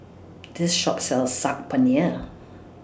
This Shop sells Saag Paneer